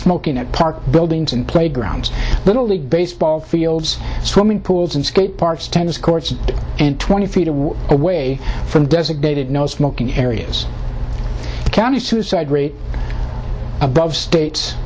smoking at park buildings and playgrounds little league baseball fields swimming pools and skate parks tennis courts and twenty feet away from designated no smoking areas the county suicide rate above states